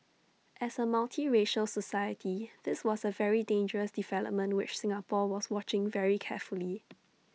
as A multiracial society this was A very dangerous development which Singapore was watching very carefully